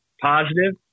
Positive